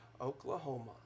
Oklahoma